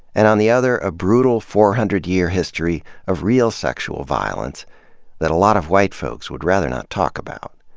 and on the other, a brutal four hundred year history of real sexual violence that a lot of white folks would rather not talk about.